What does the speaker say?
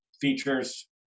features